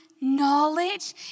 knowledge